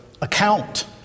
account